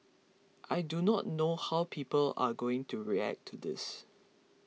I do not know how people are going to react to this